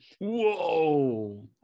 whoa